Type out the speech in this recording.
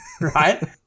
right